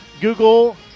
Google